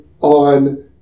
on